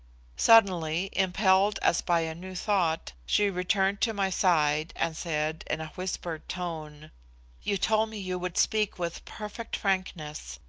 suddenly, impelled as by a new thought, she returned to my side and said, in a whispered tone you told me you would speak with perfect frankness.